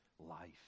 life